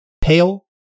pale